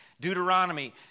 Deuteronomy